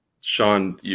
Sean